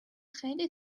خیلی